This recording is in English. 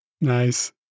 Nice